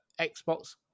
Xbox